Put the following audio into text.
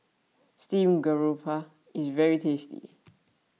Steamed Garoupa is very tasty